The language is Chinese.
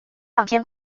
唱片